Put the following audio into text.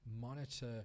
monitor